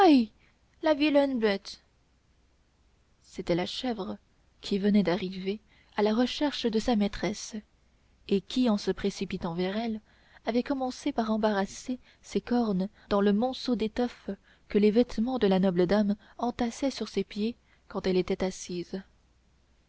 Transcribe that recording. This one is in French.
la vilaine bête c'était la chèvre qui venait d'arriver à la recherche de sa maîtresse et qui en se précipitant vers elle avait commencé par embarrasser ses cornes dans le monceau d'étoffe que les vêtements de la noble dame entassaient sur ses pieds quand elle était assise